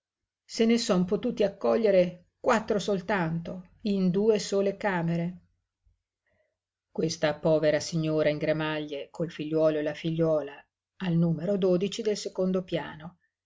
se ne son potuti accogliere quattro soltanto in due sole camere questa povera signora in gramaglie col figliuolo e la figliuola al numero del secondo piano